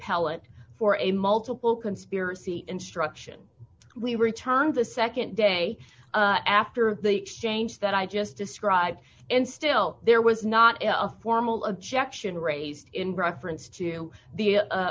appellate for a multiple conspiracy instruction we returned the nd day after the exchange that i just described and still there was not a formal objection raised in reference to the